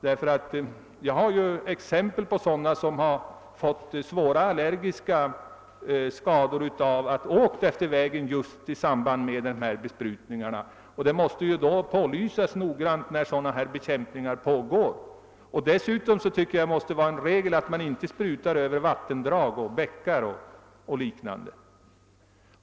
Jag känner till fall där människor har fått svåra allergiska skador sedan de färdats efter vägen i samband med sådana här besprutningar. Det måste i varje fall pålysas ordentligt att besprutning pågår. Dessutom måste det vara en regel att man inte sprutar över vattendrag — bäckar och liknande.